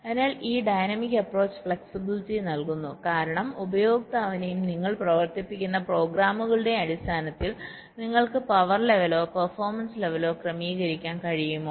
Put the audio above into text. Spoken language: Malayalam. അതിനാൽ ഈ ഡൈനാമിക് അപ്പ്രോച്ച് ഫ്ലെക്സിബിലിറ്റി നൽകുന്നു കാരണം ഉപയോക്താവിനെയും നിങ്ങൾ പ്രവർത്തിപ്പിക്കുന്ന പ്രോഗ്രാമുകളുടെയും അടിസ്ഥാനത്തിൽ നിങ്ങൾക്ക് പവർ ലെവലോ പെർഫോമൻസ് ലെവലോ ക്രമീകരിക്കാൻ കഴിയുമോ